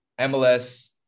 MLS